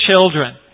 children